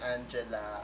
Angela